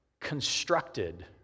constructed